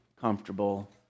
comfortable